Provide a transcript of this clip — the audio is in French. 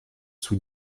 sous